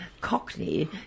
Cockney